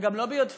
וגם לא ביודפת,